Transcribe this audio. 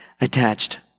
attached